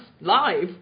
live